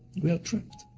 we are trapped.